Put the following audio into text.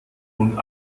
und